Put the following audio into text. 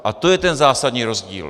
A to je ten zásadní rozdíl.